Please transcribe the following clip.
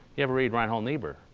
you ever read reinhold niebuhr?